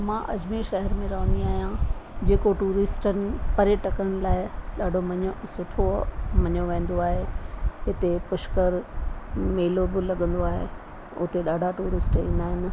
मां अजमेर शहर में रहंदी आहियां जेके टूरिस्टनि पर्यटकनि लाइ ॾाढो मञियो सुठो मञियो वेंदो आहे हिते पुष्कर मेलो बि लॻंदो आहे उते ॾाढा टूरिस्ट ईंदा आहिनि